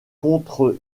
contre